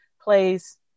plays